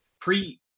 pre